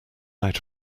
out